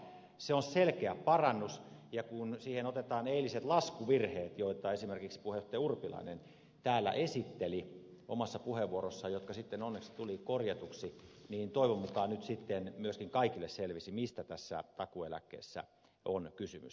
se on selkeä parannus ja kun siihen otetaan eiliset laskuvirheet joita esimerkiksi puheenjohtaja urpilainen täällä esitteli omassa puheenvuorossaan jotka sitten onneksi tuli korjatuksi niin toivon mukaan nyt sitten myöskin kaikille selvisi mistä tässä takuueläkkeessä on kysymys